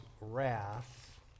wrath